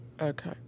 Okay